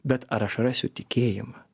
bet ar aš rasiu tikėjimą